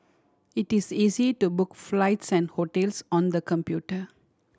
it is easy to book flights and hotels on the computer